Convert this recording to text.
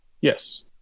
Yes